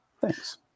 thanks